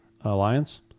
Alliance